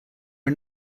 are